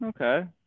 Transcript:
Okay